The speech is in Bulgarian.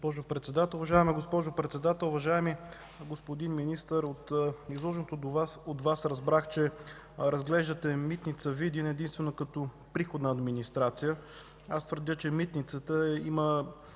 госпожо Председател! Уважаеми господин Министър, от изложеното от Вас разбрах, че разглеждате Митница Видин единствено като приходна администрация. Аз твърдя, че митницата има